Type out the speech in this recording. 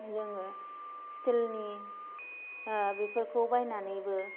जोङो स्टिलनि मुवा बेफोरखौ बायनानैबो